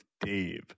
Dave